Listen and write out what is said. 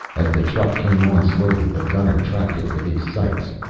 as the truck came on slowly, the gunner tracked it with his sights.